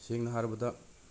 ꯁꯦꯡꯅ ꯍꯥꯏꯔꯕꯗ